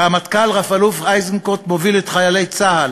הרמטכ"ל רב-אלוף איזנקוט מוביל את חיילי צה"ל